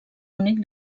únic